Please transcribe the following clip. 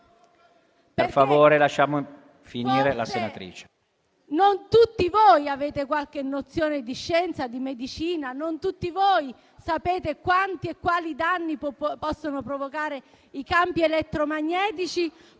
Per favore, lasciamo finire la senatrice. PIRRO *(M5S)*. Non tutti voi avete qualche nozione di scienza e di medicina. Non tutti voi sapete quanti e quali danni possono provocare i campi elettromagnetici,